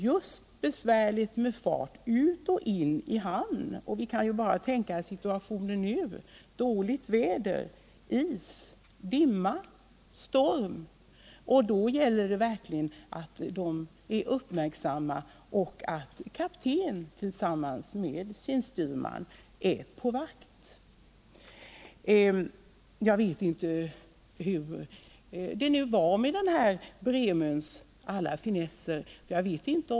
Just detta att fara ut och in i hamn är besvärligt. Vi kan bara tänka oss en situation med dåligt väder, is, dimma, storm — då gäller det verkligen att man är uppmärksam och att kaptenen tillsammans med sin styrman är på vakt. Jag vet inte hur det är med Bremöns alla finesser.